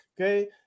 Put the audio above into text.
Okay